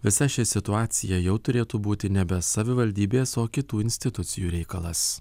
visa ši situacija jau turėtų būti nebe savivaldybės o kitų institucijų reikalas